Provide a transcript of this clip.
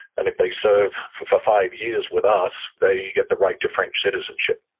and if they serve for for five years with us, they get the right to french citizenship.